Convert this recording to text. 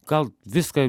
gal viską